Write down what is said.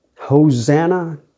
Hosanna